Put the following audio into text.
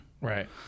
Right